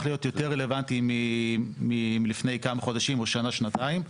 להיות יותר רלוונטי מלפני כמה חודשים או שנה-שנתיים.